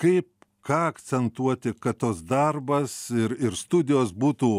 kaip ką akcentuoti kad tos darbas ir ir studijos būtų